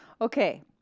Okay